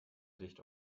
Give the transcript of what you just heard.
dicht